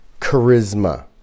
charisma